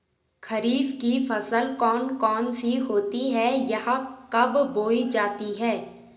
खरीफ की फसल कौन कौन सी होती हैं यह कब बोई जाती हैं?